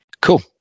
Cool